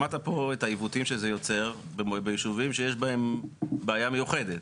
שמעת פה את העיוותים שזה יוצר בישובים שיש בהם בעיה מיוחדת.